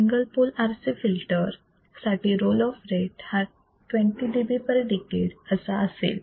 single pole RC filter साठी roll off rate हा 20 dB per decade असा असेल